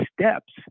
steps